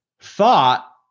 thought